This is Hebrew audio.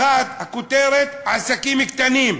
לכותרת "עסקים קטנים".